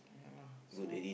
yeah lah so